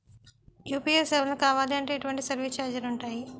UPI సేవలను కావాలి అంటే ఎటువంటి సర్విస్ ఛార్జీలు ఉంటాయి?